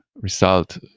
result